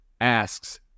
asks